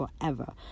forever